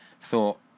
thought